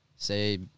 Say